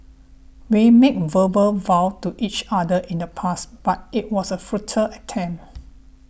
we made verbal vows to each other in the past but it was a futile attempt